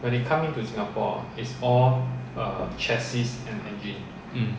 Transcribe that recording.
mm